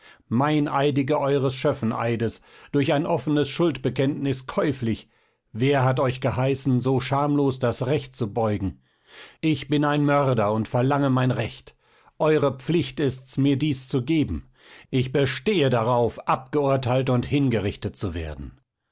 meineidige eures schöffeneides durch ein offenes schuldbekenntnis käuflich wer hat euch geheißen so schamlos das recht zu beugen ich bin ein mörder und verlange mein recht eure pflicht ist's mir dies zu geben ich bestehe darauf abgeurteilt und hingerichtet zu werden